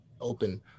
open